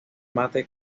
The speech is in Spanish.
mate